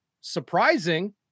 surprising